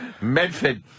Medford